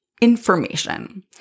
information